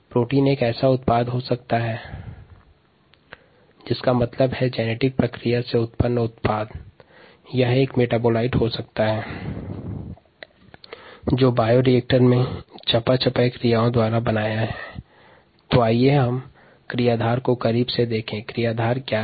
protein अनुवांशिक प्रक्रिया से उत्पन्न उत्पाद या चयापच हो सकता है जो बायोरिएक्टर में चयापचय क्रियाओं से निर्मित हुआ है